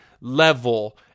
level